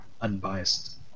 unbiased